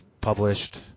published